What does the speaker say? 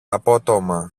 απότομα